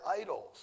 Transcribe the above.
idols